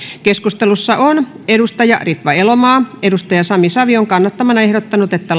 keskustelussa on ritva elomaa sami savion kannattamana ehdottanut että